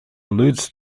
alludes